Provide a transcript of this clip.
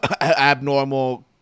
abnormal